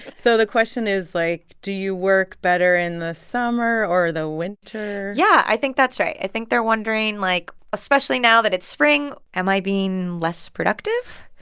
so the question is, like, do you work better in the summer or the winter? yeah. i think that's right. i think they're wondering, like, especially now that it's spring, am i being less productive?